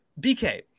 BK